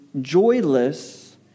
joyless